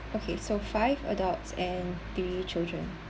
okay so five adults and three children